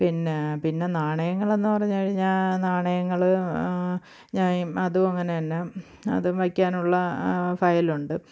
പിന്നേ പിന്നെ നാണയങ്ങളെന്ന് പറഞ്ഞു കഴിഞ്ഞാൽ നാണയങ്ങൾ ഞാന് അതു അങ്ങനെ തന്നെ അതും വയ്ക്കാനുള്ള ഫയലുണ്ട്